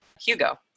hugo